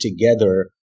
together